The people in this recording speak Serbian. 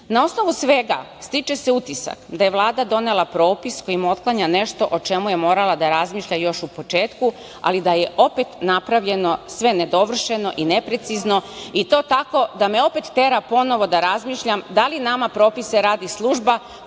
osnovu svega stiče se utisak da je Vlada donela propis kojim o otklanja nešto o čemu je morala da razmišlja još u početku, ali da je opet napravljeno sve nedovršeno i neprecizno, i to tako da me opet tera ponovo da razmišljam, da li nama propise radi služba